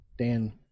Dan